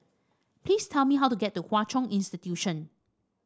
please tell me how to get to Hwa Chong Institution